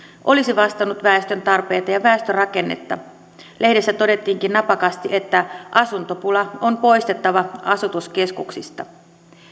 olisi vastannut väestön tarpeita ja väestörakennetta lehdessä todettiinkin napakasti että asuntopula on poistettava asutuskeskuksista